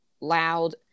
loud